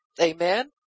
Amen